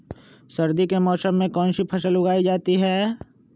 सर्दी के मौसम में कौन सी फसल उगाई जाती है?